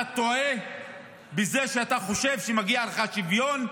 אתה טועה בזה שאתה חושב שמגיע לך שוויון,